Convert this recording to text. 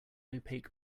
opaque